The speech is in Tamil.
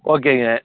ஓகேங்க